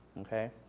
Okay